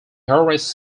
horace